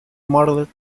mottled